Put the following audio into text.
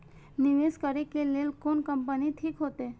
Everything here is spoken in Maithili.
निवेश करे के लेल कोन कंपनी ठीक होते?